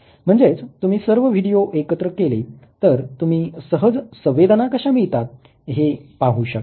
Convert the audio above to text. म्हणजेच तुम्ही सर्व व्हिडीओ एकत्र केले तर तुम्ही सहज संवेदना कशा मिळतात हे पाहू शकतात